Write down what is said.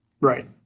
Right